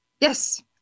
yes